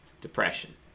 Depression